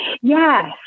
Yes